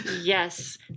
Yes